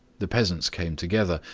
the peasants came together,